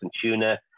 tuna